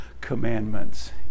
commandments